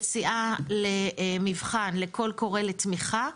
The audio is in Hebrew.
יציאה למבחן לכל קורא לתמיכה,